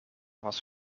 was